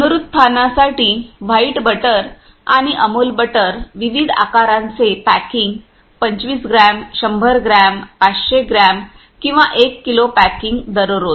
पुनरुत्थानासाठी white butter आणि Amul butter विविध आकाराचे पॅकिंग 25 ग्रॅम 100 ग्रॅम 500 ग्रॅम किंवा 1 किलो पॅकिंग दररोज